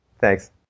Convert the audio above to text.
Thanks